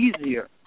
easier